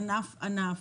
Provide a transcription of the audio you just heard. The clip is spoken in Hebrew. ענף-ענף,